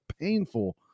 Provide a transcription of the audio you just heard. painful